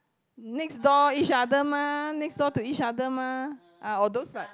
next door each other mah next door to each other mah or those like